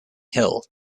hill